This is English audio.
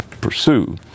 pursue